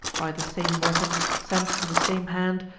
by the same weapon, sent from the same hand,